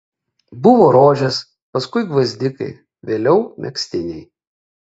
buvo rožės paskui gvazdikai vėliau megztiniai